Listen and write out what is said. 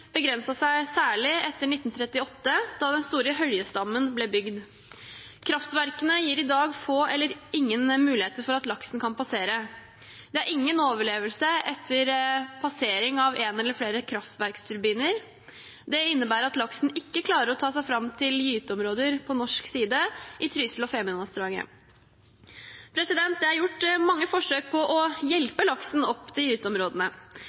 seg særlig etter 1938, da den store Höljesdammen ble bygd. Kraftverkene gir i dag få eller ingen muligheter for at laksen kan passere. Det er ingen overlevelse etter passering av en eller flere kraftverksturbiner. Det innebærer at laksen ikke klarer å ta seg fram til gyteområder på norsk side, i Trysil- og Femundvassdraget. Det er gjort mange forsøk på å hjelpe laksen opp til gyteområdene.